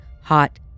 hot